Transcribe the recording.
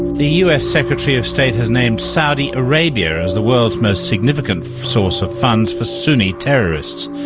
the us secretary of state has named saudi arabia as the world's most significant source of funds for sunni terrorists,